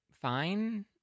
fine